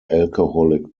alcoholic